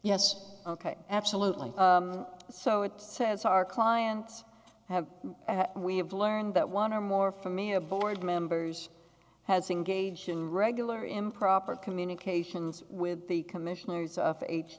yes ok absolutely so it says our clients have we have learned that one or more from me a board members has engaged in regular improper communications with the commissioners of